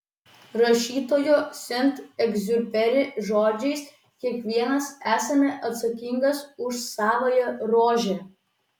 rašytojo sent egziuperi žodžiais kiekvienas esame atsakingas už savąją rožę